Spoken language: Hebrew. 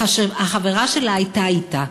והחברה שלה הייתה אתה.